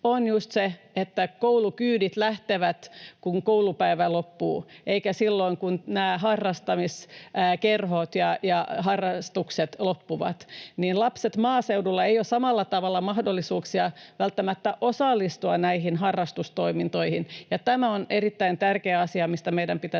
se, että koulukyydit lähtevät, kun koulupäivä loppuu, eivätkä silloin, kun harrastamiskerhot ja harrastukset loppuvat. Lapsilla maaseudulla ei ole samalla tavalla mahdollisuuksia välttämättä osallistua näihin harrastustoimintoihin, ja tämä on erittäin tärkeä asia, mistä meidän pitäisi